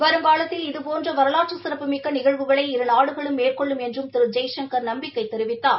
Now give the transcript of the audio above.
வருங்காலத்தில் இதுபோன்ற வரவாற்று சிறப்புமிக்க நிகழ்வுகளை இரு நாடுகளும் மேற்கொள்ளும் என்றும் திரு ஜெய்சங்கர் நம்பிக்கை தெரிவித்தார்